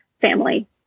family